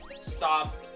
stop